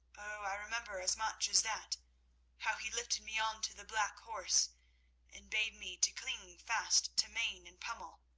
oh, i remember as much as that how he lifted me onto the black horse and bade me to cling fast to mane and pommel.